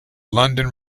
london